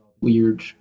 weird